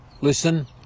listen